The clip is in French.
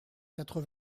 quatre